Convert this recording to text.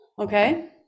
Okay